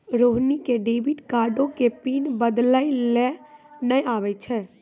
रोहिणी क डेबिट कार्डो के पिन बदलै लेय नै आबै छै